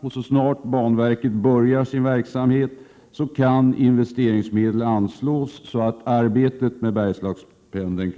Arbetet med Bergslagspendeln kan börja så snart banverket inleder sin verksamhet och kan anslå investeringsmedel.